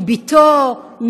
מבתו,